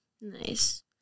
Nice